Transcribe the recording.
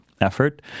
Effort